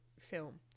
film